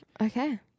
okay